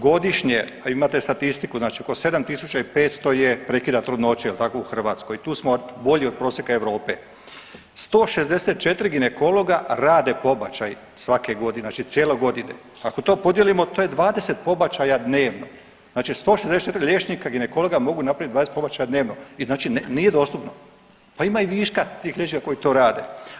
Godišnje, a imate statistiku, znači oko 7 tisuća i 500 je prekida trudnoće jel tako u Hrvatskoj, tu smo bolji od prosjeka Europe, 164 ginekologa rade pobačaj svake godine, znači cijele godine, ako to podijelimo to je 20 pobačaja dnevno, znači 160 liječnika ginekologa mogu napravit 20 pobačaja dnevno i znači nije dostupno, pa ima i viška tih liječnika koji to rade.